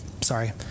Sorry